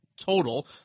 total